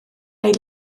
neu